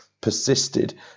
persisted